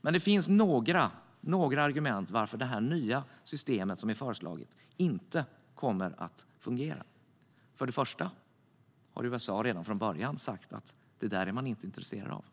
Men det finns några argument varför det nya systemet som föreslås inte kommer att fungera. För det första har USA redan från börjat sagt att man inte är intresserad av ICS.